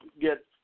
get